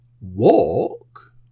walk